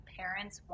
parents